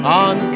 on